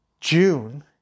June